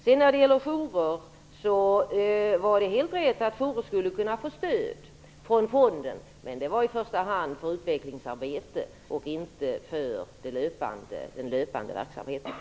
Sedan är det helt rätt att jourer skulle kunna få stöd från fonden, men det var i första hand för utvecklingsarbete och inte för den löpande verksamheten.